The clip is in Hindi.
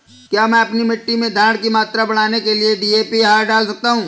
क्या मैं अपनी मिट्टी में धारण की मात्रा बढ़ाने के लिए डी.ए.पी डाल सकता हूँ?